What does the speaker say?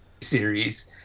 series